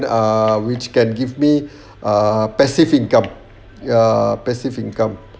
uh which can give me uh passive income ya passive income